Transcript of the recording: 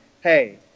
hey